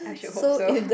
I should hope so